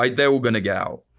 um they're all going to get out.